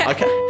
Okay